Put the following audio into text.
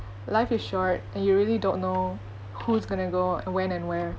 life is short and you really don't know who's going to go when and where